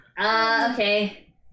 Okay